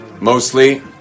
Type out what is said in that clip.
mostly